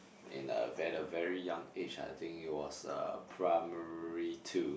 in a ver~ a very young age I think it was uh primary two